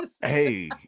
hey